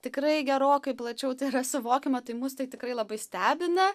tikrai gerokai plačiau tai yra suvokiama tai mus tai tikrai labai stebina